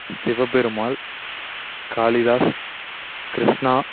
Sivaperumal Kalidas Krishna